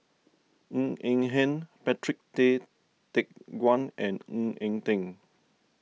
Ng Eng Hen Patrick Tay Teck Guan and Ng Eng Teng